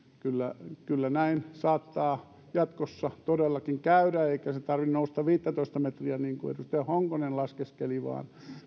kyllä kyllä näin saattaa jatkossa todellakin käydä eikä sen tarvitse nousta viittätoista metriä niin kuin edustaja honkonen laskeskeli vaan